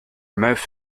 mouth